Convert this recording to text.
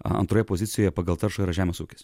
antroje pozicijoje pagal taršą yra žemės ūkis